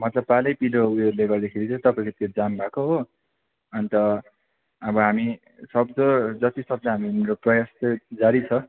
मतलब पालै पिलो उयेसले गर्दाखेरि चाहिँ तपाईँको त्यो जाम भएको हो अन्त अब हामी सक्दो जति सक्दो हामी हाम्रो प्रयास चाहिँ जारी छ